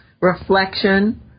reflection